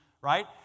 right